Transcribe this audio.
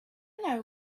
know